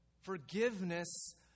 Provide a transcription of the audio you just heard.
Forgiveness